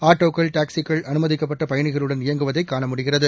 ஆட்டோக்கள் டாக்ஸிகள் அனுமதிக்கப்பட்ட பயணிகளுடன் இயங்குவதை காண முடிகிறது